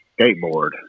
skateboard